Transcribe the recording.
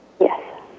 Yes